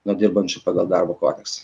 nuo dirbančių pagal darbo kodeksą